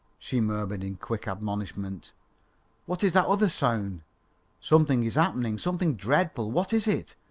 she murmured in quick admonishment what is that other sound? something is happening something dreadful. what is it?